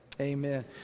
Amen